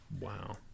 Wow